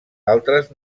altres